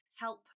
help